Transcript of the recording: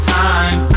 time